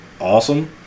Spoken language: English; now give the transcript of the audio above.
awesome